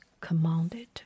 commanded